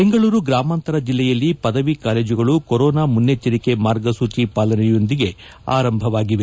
ಬೆಂಗಳೂರು ಗ್ರಾಮಾಂತರ ಜಿಲ್ಲೆಯಲ್ಲಿ ಪದವಿ ಕಾಲೇಜುಗಳು ಕೊರೋನಾ ಮುನ್ನೆಚ್ಚರಿಕೆ ಮಾರ್ಗಸೂಚಿ ಪಾಲನೆಯೊಂದಿಗೆ ಆರಂಭವಾಗಿದೆ